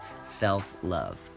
self-love